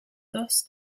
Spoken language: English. thus